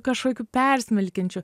kažkokiu persmelkiančiu